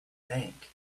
bank